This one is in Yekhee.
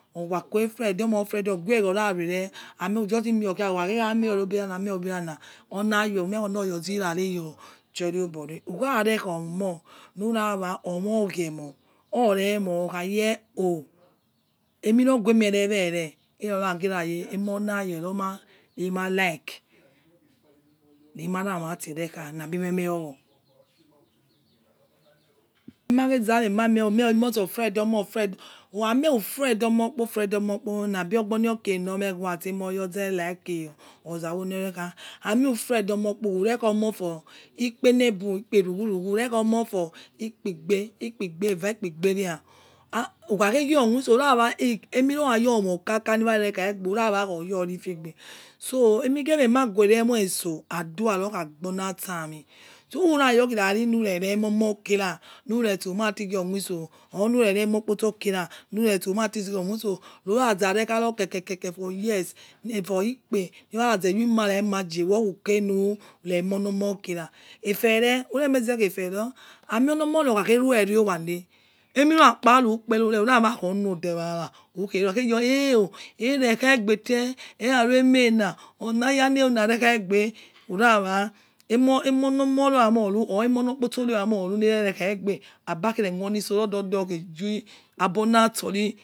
Orkha friend wa ko friend oghue ora ruere aimi okhi ghe mio khale olo yo umie oloya ozira rayo urarakha omo luwa omoghuomo oya ye oli enitu ghume wowers oma la yeroma enalike lina ra miti rakha labine me yowo olimaza quie noi mie oonono moshi or friend olomo ukha mie ufriend okro ufciend onio okpo labo lomie ghue itse aimoya za like ozoll nekha amiu friend okpo ufriend onio for ikpe le bu ikpe rugu rugu urekha onio for okpi igbe ikpi-igbe eva, ikpi-igbe ehra ukhaghe ro khui iso ura wa eerin gho yo nuokaka urawa kho re wiagbe so aimie ma ghuire omo ise adua lokha agbo na itsa aami ureyo le omo khira hire gho khui iso or lure amie okposo kira lura ura inati khi iso ulukha ne nekha tetiti year ikpe hiwaghoza yi ima enra, ima aize. Lure emono khira efe re ure maize airuyo amie omo ra khare owo le aimie kpa ari ukpe ero re lodewa re agho ai ire khagbe te lere khimela ola yala rekha iabe ura wa mo lomo rue omolo ra ane or ormo olokposo ru rue lere khaigbe abagbe yo liso adada ghe miaba liso son aiyo re emo shaile aigbe